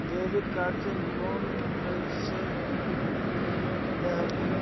Debit card से loan कईसे लेहम?